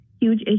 huge